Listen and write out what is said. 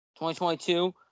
2022